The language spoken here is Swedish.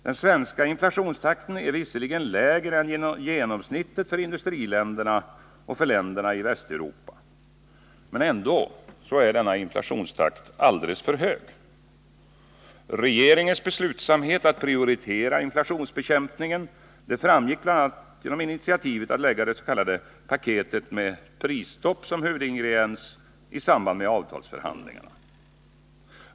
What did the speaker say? Den svenska inflationstakten är visserligen lägre än genomsnittet för industriländerna och länderna i Västeuropa, men den är ändå alldeles för hög. Regeringens beslutsamhet att prioritera inflationsbekämpningen visade sig bl.a. genom initiativet att lägga fram dets.k. paketet, med prisstopp som huvudingrediens, i samband med avtalsförhandlingarna.